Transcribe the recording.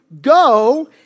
go